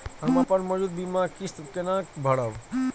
हम अपन मौजूद बीमा किस्त केना भरब?